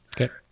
Okay